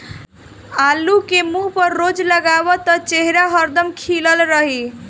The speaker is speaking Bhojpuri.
आलू के मुंह पर रोज लगावअ त चेहरा हरदम खिलल रही